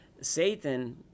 Satan